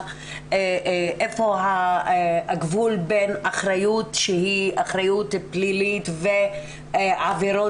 איפה הגבול בין אחריות שהיא אחריות פלילית ועבירות